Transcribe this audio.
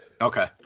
okay